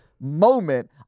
Moment